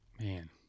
Man